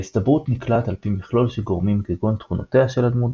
ההסתברות נקבעת על פי מכלול של גורמים כגון תכונותיה של הדמות,